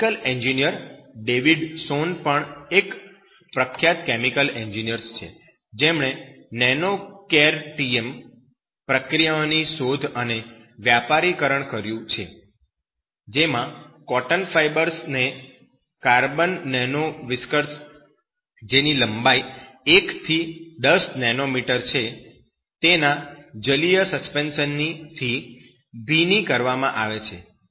chemical engineer David Son પણ એક પ્રખ્યાત કેમિકલ એન્જિનિયર છે જેમણે નેનોકેરTM પ્રક્રિયાઓની શોધ અને વ્યાપારીકરણ કર્યું છે જેમાં કોટન ફાયબર્સ ને કાર્બન નેનોવિસ્કર્સ જેની લંબાઈ 1 થી 10 nm છે તેના જલીય સસ્પેન્શન થી ભીની કરવામાં આવે છે